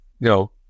No